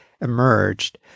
emerged